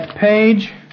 page